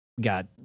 got